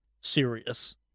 serious